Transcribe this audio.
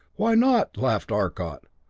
why not? laughed arcot.